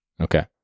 Okay